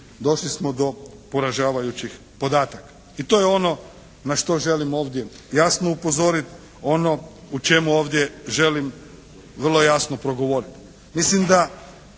došli smo do poražavajućih podataka. I to je ono na što želim ovdje jasno upozoriti, ono u čemu ovdje želim vrlo jasno progovoriti.